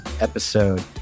episode